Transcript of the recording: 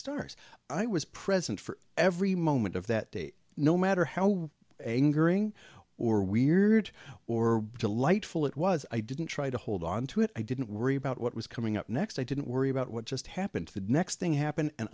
stars i was present for every moment of that day no matter how angering or weird or delightful it was i didn't try to hold onto it i didn't worry about what was coming up next i didn't worry about what just happened to the next thing happened and